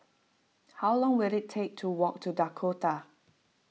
how long will it take to walk to Dakota